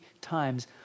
times